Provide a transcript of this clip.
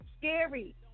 scary